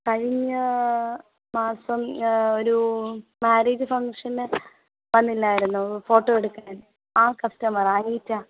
കഴിഞ്ഞ മാസം ഒരു മാര്യേജ് ഫംഗ്ഷന് വന്നില്ലായിരുന്നോ ഫോട്ടോ എടുക്കാന് ആ കസ്റ്റമർ ആണ് അനീറ്റ